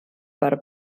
per